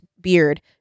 beard